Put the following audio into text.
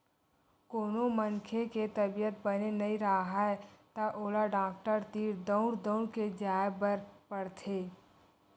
कोनो मनखे के तबीयत बने नइ राहय त ओला डॉक्टर तीर दउड़ दउड़ के जाय बर पड़थे